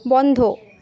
বন্ধ